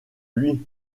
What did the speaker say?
lui